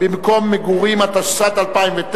התשע"א 2010,